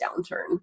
downturn